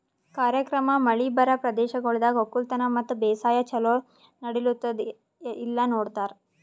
ಕಾರ್ಯಕ್ರಮ ಮಳಿ ಬರಾ ಪ್ರದೇಶಗೊಳ್ದಾಗ್ ಒಕ್ಕಲತನ ಮತ್ತ ಬೇಸಾಯ ಛಲೋ ನಡಿಲ್ಲುತ್ತುದ ಇಲ್ಲಾ ನೋಡ್ತಾರ್